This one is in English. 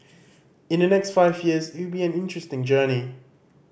in the next five years it will be an interesting journey